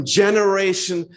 generation